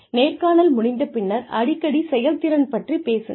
நேர்காணல் முடிந்த பின்னர் அடிக்கடி செயல்திறன் பற்றிப் பேசுங்கள்